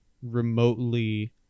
remotely